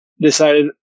decided